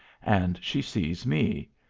and she sees me.